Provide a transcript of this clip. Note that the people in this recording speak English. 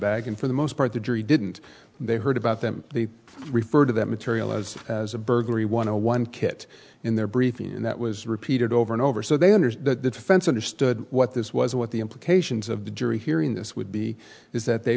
bag and for the most part the jury didn't they heard about them they referred to that material as as a burglary want to one kit in their briefing and that was repeated over and over so they understood that the defense understood what this was what the implications of the jury hearing this would be is that they